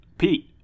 Pete